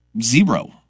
zero